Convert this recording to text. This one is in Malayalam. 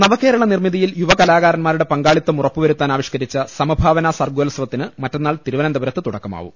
നവകേരള നിർമ്മിതിയിൽ യുവകലാകാരന്മാരുടെ പങ്കാളിത്തം ഉറപ്പു വരുത്താൻ ആവിഷ്കരിച്ച സമഭാവന സർഗോത്സവത്തിന് മറ്റന്നാൾ തിരുവനന്തപുരത്ത് തുടക്കമാകും